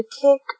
kick